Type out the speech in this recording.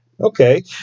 Okay